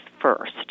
first